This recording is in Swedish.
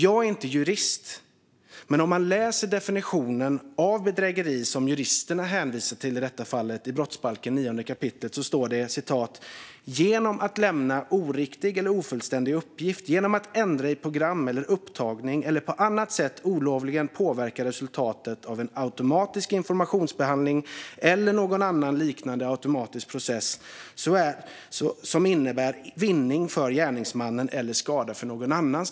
Jag är inte jurist. Men definitionen av bedrägeri som juristerna hänvisar till i detta fall är från 9 kap. brottsbalken, där det står så här: "För bedrägeri döms också den som genom att lämna oriktig eller ofullständig uppgift, genom att ändra i program eller upptagning eller på annat sätt olovligen påverkar resultatet av en automatisk informationsbehandling eller någon annan liknande automatisk process, så att det innebär vinning för gärningsmannen och skada för någon annan."